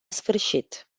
sfârșit